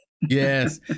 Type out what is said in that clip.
Yes